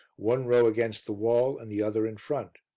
one row against the wall and the other in front.